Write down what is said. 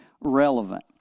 relevant